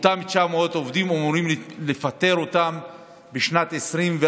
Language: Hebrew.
אותם 900 עובדים, אמורים לפטר אותם בשנת 2024,